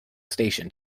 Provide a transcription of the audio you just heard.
station